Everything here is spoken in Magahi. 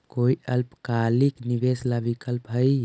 कोई अल्पकालिक निवेश ला विकल्प हई?